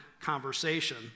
conversation